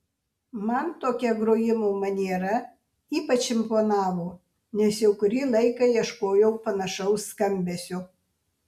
man tokia grojimo maniera ypač imponavo nes jau kurį laiką ieškojau panašaus skambesio